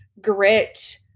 grit